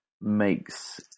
makes